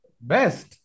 Best